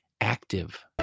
active